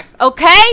okay